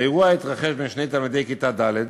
האירוע התרחש בין שני תלמידי כיתה ד'.